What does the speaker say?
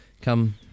come